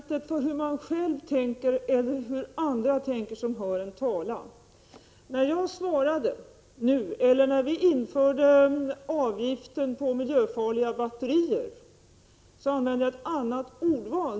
Herr talman! Ordvalet är inte oväsentligt för hur man själv tänker eller hur andra tänker som hör en tala. När vi införde avgiften på miljöfarliga batterier använde jag ett annat ordval.